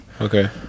okay